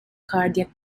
cardiac